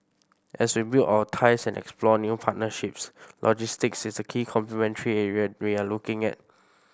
as we build our ties and explore new partnerships logistics is a key complementary area we are looking at